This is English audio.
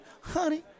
honey